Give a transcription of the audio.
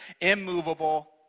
immovable